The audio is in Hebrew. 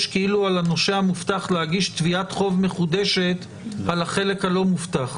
כאילו על הנושה המובטח להגיש תביעת חוב מחודשת על החלק הלא מובטח.